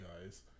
guys